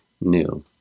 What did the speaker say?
new